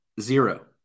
zero